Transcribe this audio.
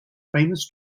famous